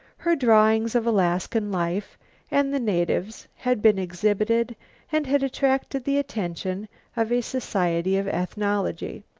her drawings of alaskan life and the natives had been exhibited and had attracted the attention of a society of ethnology.